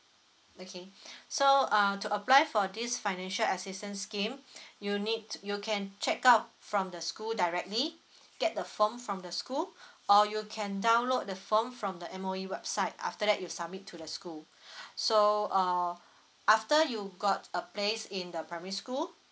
okay so uh to apply for this financial assistance scheme you need you can check out from the school directly get the form from the school or you can download the form from the M_O_E website after that you submit to the school so uh after you got a place in the primary school